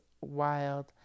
wild